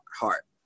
heart